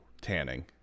tanning